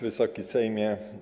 Wysoki Sejmie!